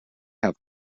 have